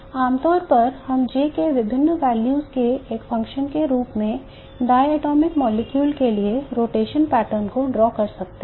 आमतौर पर हम J के विभिन्न values के एक function के रूप में एक डायटोमिक अणु के लिए इस रोटेशनल पैटर्न को draw कर सकते हैं